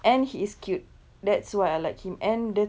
and he is cute that's why I like him and da~